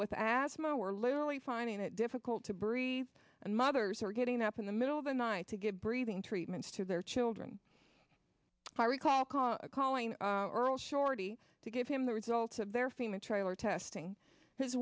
with asthma were literally finding it difficult to breathe and mothers are getting up in the middle of the night to get breathing treatments to their children if i recall call calling earl shorty to give him the results of their fema trailer testing his